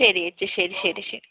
ശരി ഏച്ചി ശരി ശരി ശരി